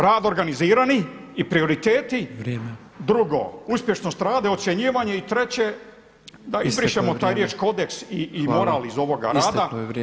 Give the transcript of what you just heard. Rad organizirani i prioriteti [[Upadica Petrov: Vrijeme.]] drugo, uspješnost rada i ocjenjivanje i treće da izbrišemo taj riječ kodeks i moral iz ovoga rada.